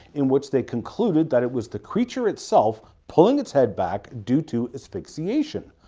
in which they concluded that it was the creature itself pulling its head back due to asphyxiation,